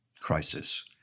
crisis